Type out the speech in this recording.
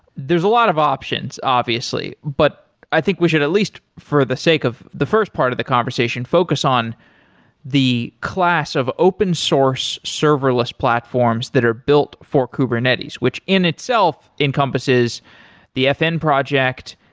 there's a lot of options obviously, but i think we should at least for the sake of the first part of the conversation focus on the class of open source serverless platforms that are built for kubernetes, which in itself encompasses the fn project,